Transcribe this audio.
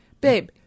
Babe